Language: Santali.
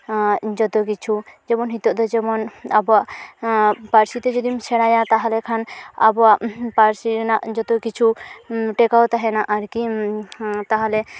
ᱡᱚᱛᱚ ᱠᱤᱪᱷᱩ ᱡᱮᱢᱚᱱ ᱦᱤᱛᱚᱜᱫᱚ ᱡᱮᱢᱚᱱ ᱟᱵᱚᱣᱟᱜ ᱯᱟᱹᱨᱥᱤ ᱛᱮ ᱡᱚᱫᱤᱢ ᱥᱮᱬᱟᱭᱟ ᱛᱟᱦᱚᱞᱮ ᱠᱷᱟᱱ ᱟᱵᱚᱣᱟᱜ ᱯᱟᱹᱨᱥᱤ ᱨᱮᱱᱟᱜ ᱡᱚᱛᱚ ᱠᱤᱪᱷᱩ ᱴᱮᱠᱞᱟᱣ ᱛᱟᱦᱮᱱᱟ ᱟᱨᱠᱤ ᱛᱟᱦᱚᱞᱮ